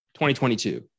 2022